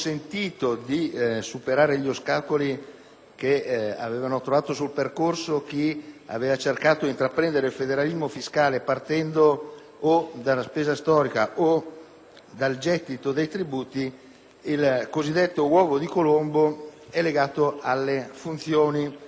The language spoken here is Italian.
incontrati sul percorso da chi aveva cercato di intraprendere il federalismo fiscale partendo o dalla spesa storica o dal gettito dei tributi), il cosiddetto uovo di Colombo, è legato alle funzioni - fondamentali e non,